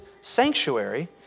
sanctuary